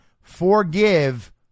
forgive